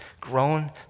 grown